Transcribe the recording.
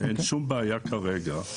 אין שום בעיה, כרגע.